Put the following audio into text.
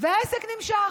והעסק נמשך.